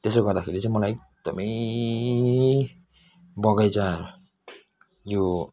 त्यसो गर्दाखेरि चाहिँ मलाई एकदमै बगैँचा यो